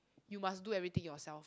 you must do everything yourself